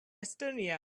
estonia